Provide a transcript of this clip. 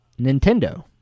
Nintendo